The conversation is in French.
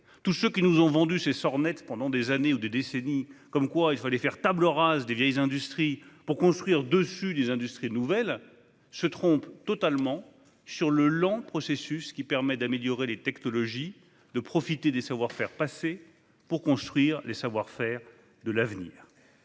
Tous ceux qui nous ont vendu ces sornettes pendant des années et des décennies comme quoi il fallait faire table rase des vieilles industries pour construire dessus des industries nouvelles se trompaient totalement sur le lent processus qui permet d'améliorer les technologies, de profiter des savoir-faire passés pour construire ceux de l'avenir.